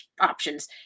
options